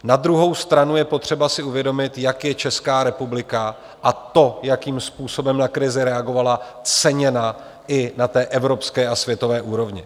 Na druhou stranu je potřeba si uvědomit, jak je Česká republika, a to, jakým způsobem na krizi reagovala, ceněna i na evropské a světové úrovni.